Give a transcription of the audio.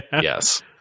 Yes